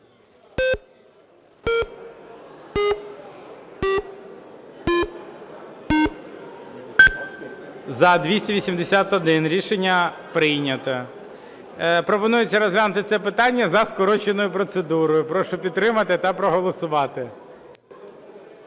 За-281 Рішення прийнято. Пропонується розглянути це питання за скороченою процедурою. Прошу підтримати та проголосувати.